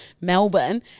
Melbourne